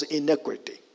iniquity